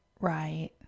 Right